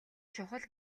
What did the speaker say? чухал